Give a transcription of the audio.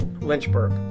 Lynchburg